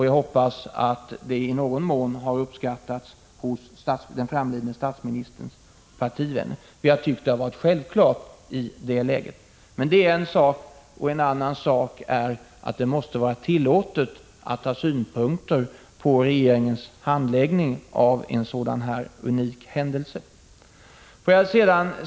Jag hoppas att detta i någon mån har uppskattats av den framlidne statsministerns partivänner. Vi har tyckt att det har varit självklart i detta läge. Men det är en sak — en annan sak är att det måste vara tillåtet att ha synpunkter på regeringens handläggning av en unik händelse som ett mord på landets statsminister.